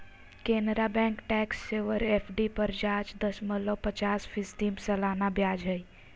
Canara bank tax saver FD पर पाच दशमलब पचास फीसदी सालाना ब्याज हइ